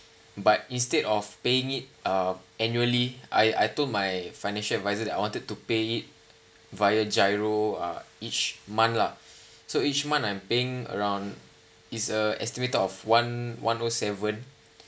but instead of paying it uh annually I I told my financial adviser that I wanted to pay it via giro uh each month lah so each month I'm paying around is a estimated of one one O seven